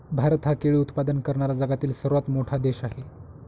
भारत हा केळी उत्पादन करणारा जगातील सर्वात मोठा देश आहे